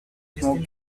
smoke